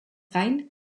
gain